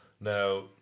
Now